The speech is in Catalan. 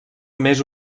més